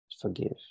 forgive